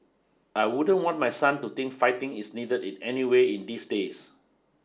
I wouldn't want my son to think fighting is needed in any way in these days